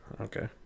Okay